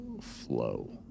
flow